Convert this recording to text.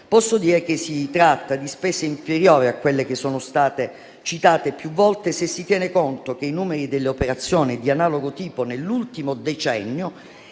posso dire che si tratta di spese inferiori a quelle che sono state citate più volte, se si tiene conto che i numeri delle operazioni di analogo tipo nell'ultimo decennio